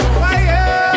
fire